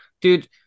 dude